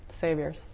saviors